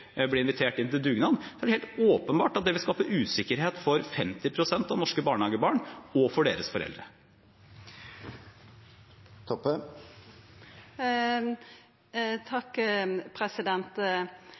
ble invitert inn på da de ble invitert inn til dugnad, vil det skape usikkerhet for 50 pst. av norske barnehagebarn og deres foreldre.